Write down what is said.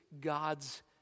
God's